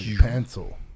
pencil